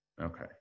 Okay